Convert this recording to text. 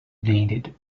needed